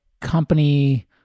company